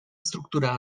estructurada